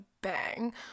bang